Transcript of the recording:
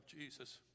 Jesus